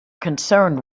concerned